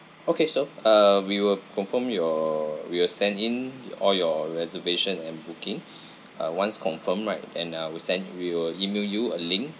okay so uh we will confirm your we will send in your all your reservation and booking uh once confirm right then I will send we will email you a link